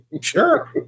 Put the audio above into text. sure